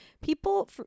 People